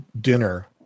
dinner